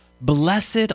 Blessed